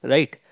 Right